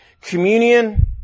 Communion